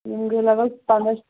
یِم گٔیے لگ بگ پنداہ